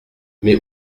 mais